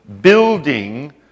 building